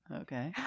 okay